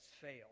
fail